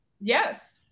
Yes